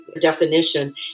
definition